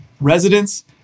residents